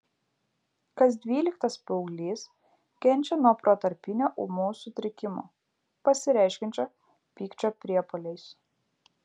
kas dvyliktas paauglys kenčia nuo protarpinio ūmaus sutrikimo pasireiškiančio pykčio priepuoliais